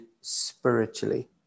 spiritually